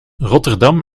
rotterdam